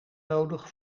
nodig